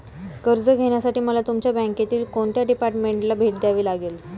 कर्ज घेण्यासाठी मला तुमच्या बँकेतील कोणत्या डिपार्टमेंटला भेट द्यावी लागेल?